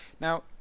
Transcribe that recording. Now